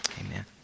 Amen